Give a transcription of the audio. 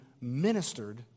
ministered